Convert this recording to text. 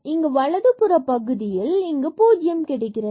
இங்கு வலதுபுற பகுதியில் இங்கு பூஜ்ஜியம் கிடைக்கிறது